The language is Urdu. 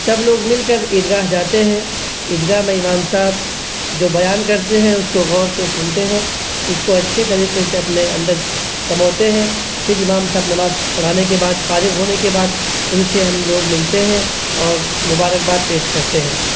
سب لوگ مل کر عیدگاہ جاتے ہیں عیدگاہ میں امام صاحب جو بیان کرتے ہیں اس کو غور سے سنتے ہیں اس کو اچھی طریقے سے اپنے اندر سموتے ہیں پھر امام صاحب نماز پڑھانے کے بعد فارغ ہونے کے بعد ان سے ہم لوگ ملتے ہیں اور مبارکباد پیش کرتے ہیں